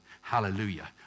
hallelujah